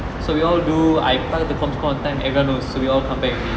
so we all do I pass the comms cord on time everyone knows so we all come back already